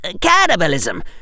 cannibalism